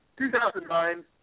2009